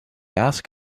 asked